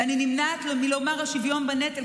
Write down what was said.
ואני נמנעת מלומר "השוויון בנטל",